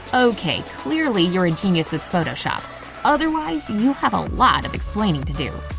okay, clearly you're a genius with photoshop otherwise, you have a lot of explaining to do,